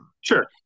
Sure